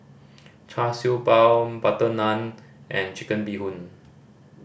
Char Siew Bao butter naan and Chicken Bee Hoon